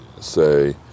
say